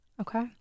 okay